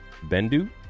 Bendu